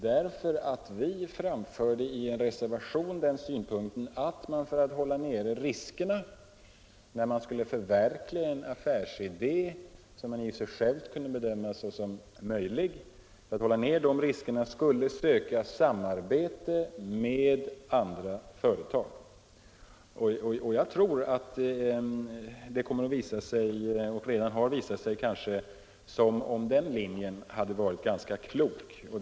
Vi moderater framförde i en reservation den synpunkten att man, för att begränsa riskerna när man skulle förverkliga en affärsidé som man i och för sig kunde bedöma såsom möjlig att genomföra, skulle söka samarbete med andra företag. Jag tror att det kommer att visa sig — det kanske redan har visat sig — att det hade varit ganska klokt att följa den linjen.